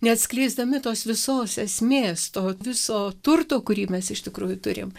neatskleisdami tos visos esmės to viso turto kurį mes iš tikrųjų turim